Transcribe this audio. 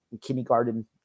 kindergarten